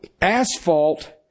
asphalt